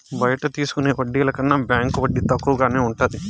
బయట తీసుకునే వడ్డీల కన్నా బ్యాంకు వడ్డీ తక్కువగానే ఉంటది